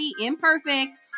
imperfect